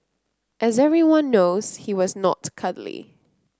as everyone knows he was not cuddly